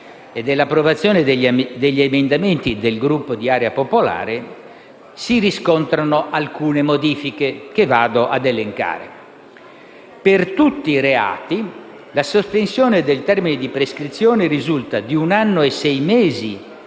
e dell'approvazione degli emendamenti del Gruppo di Area Popolare, si riscontrano alcune modifiche, che vado ad elencare. Per tutti i reati, la sospensione del termine di prescrizione risulta di un anno e sei mesi